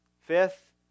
Fifth